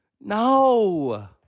No